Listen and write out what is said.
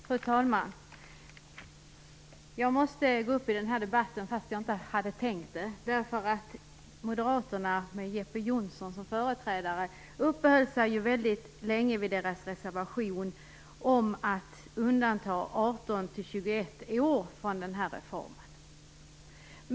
Fru talman! Jag måste gå upp i den här debatten fastän jag inte hade tänkt det, eftersom Jeppe Johnsson som företrädare för Moderaterna uppehöll sig väldigt länge vid reservationen om att undanta 18-21 åringar från den här reformen.